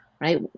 right